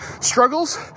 struggles